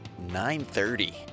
9.30